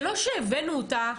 זה לא שהבאנו אותה,